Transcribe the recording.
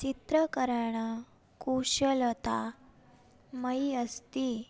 चित्रकरणकुशलता मयि अस्ति